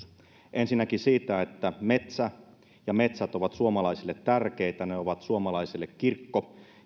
ensinnäkin siitä että metsä ja metsät ovat suomalaisille tärkeitä ne ovat suomalaiselle kirkko